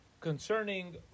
concerning